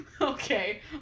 Okay